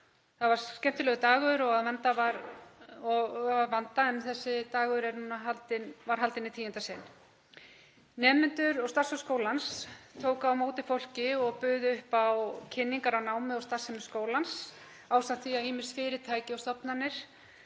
Það var skemmtilegur dagur að vanda en þessi dagur var þarna haldinn í tíunda sinn. Nemendur og starfsfólk skólans tóku á móti fólki og buðu upp á kynningar á námi og starfsemi skólans ásamt því að ýmis fyrirtæki og stofnanir